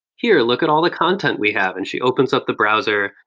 here, look at all the content we have. and she opens up the browser.